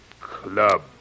club